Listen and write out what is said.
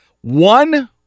One